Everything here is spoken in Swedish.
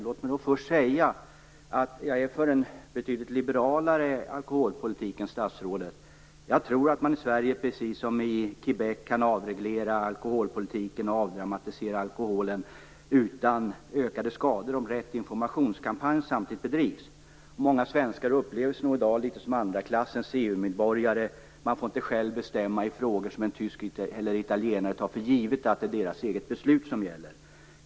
Låt mig först säga att jag är för en betydligt liberalare alkoholpolitik än statsrådet. Jag tror att man i Sverige, precis som i Québec, kan avreglera alkoholpolitiken och avdramatisera alkoholen utan ökade skador, om rätt informationskampanj samtidigt bedrivs. Många svenskar upplever sig nog i dag litet som andra klassens EU-medborgare. De får inte själv bestämma i sådana här frågor; en tysk eller en italienare tar för givet att det är deras egna beslut som gäller.